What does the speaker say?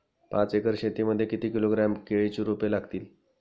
पाच एकर शेती मध्ये किती किलोग्रॅम केळीची रोपे लागतील?